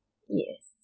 yes